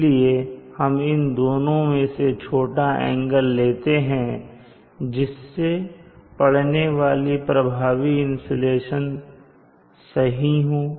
इसलिए हम इन दोनों में से छोटा एंगल लेते हैं जिससे पडने वाली प्रभावी इंसुलेशन सही हो